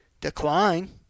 decline